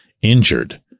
injured